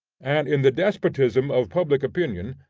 and in the despotism of public opinion,